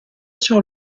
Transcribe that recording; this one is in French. sur